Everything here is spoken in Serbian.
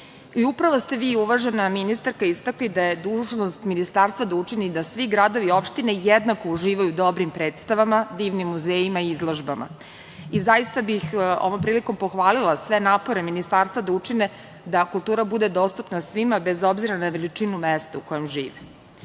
kulture. Upravo ste vi, uvažena ministarko, istakli da je dužnost Ministarstva da učini da svi gradovi i opštine jednako uživaju u dobrim predstavama, divnim muzejima i izložbama. Ovom prilikom bih pohvalila sve napore Ministarstva da učine da kultura bude dostupna svima, bez obzira na veličinu mesta u kojem žive. Ovde